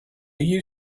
you